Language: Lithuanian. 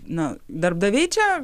na darbdaviai čia